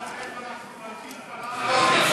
אם,